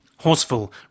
Horseful